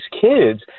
kids